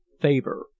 favor